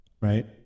right